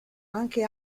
anche